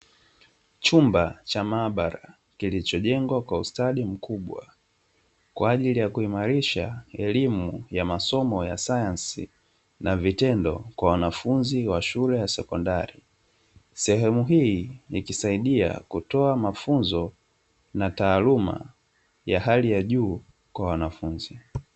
Chumba cha maabara kilichojengwa kwa ustadi mkubwa kwaajili ya kuimarisha elimu ya masomo ya sayansi na vitendo kwa wanafunzi wa shule ya sekondari, sehemu hii ikisaidia kutoa mafunzo ya taaluma ya hali ya juu kwa wanafunzi.